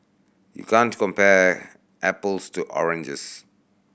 you can't compare apples to oranges